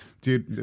dude